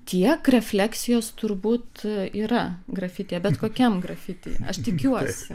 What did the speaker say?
tiek refleksijos turbūt yra grafityje bet kokiam grafity aš tikiuosi